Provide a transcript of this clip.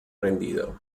rendido